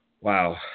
wow